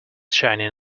shining